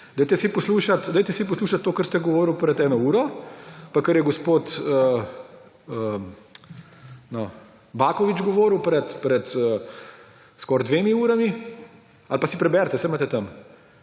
Dajte poslušati to, kar ste govorili pred eno uro, pa kar je gospod Baković govoril pred skoraj dvema urama. Ali pa si preberite, saj imate tam.